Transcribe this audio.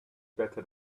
better